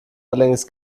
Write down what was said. allerdings